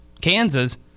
Kansas